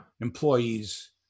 employees